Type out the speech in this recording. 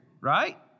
right